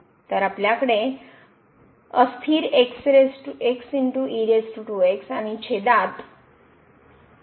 तर आपल्याकडे अंशात आणि छेदात आहे